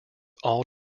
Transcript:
all